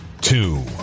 two